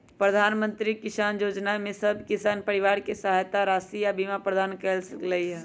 प्रधानमंत्री किसान जोजना में सभ किसान परिवार के सहायता राशि आऽ बीमा प्रदान कएल गेलई ह